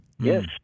Yes